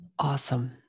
Awesome